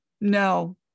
No